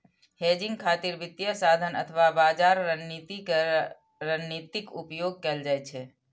hedging खातिर वित्तीय साधन अथवा बाजार रणनीति के रणनीतिक उपयोग कैल जाइ छै